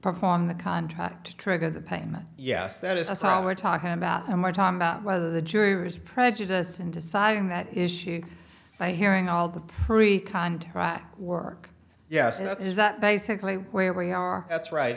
perform the contract to trigger the payment yes that is a small we're talking about and we're talking about whether the jury was prejudiced in deciding that issue by hearing all the pre contract work yes it is that basically where we are that's right